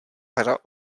hra